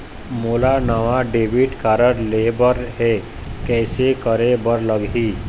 मोला नावा debit card लेबर हे, कइसे करे बर लगही?